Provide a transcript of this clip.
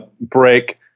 break